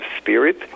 spirit